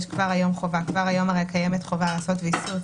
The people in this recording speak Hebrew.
כבר היום יש חובה לעשות ויסות,